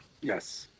Yes